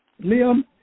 Liam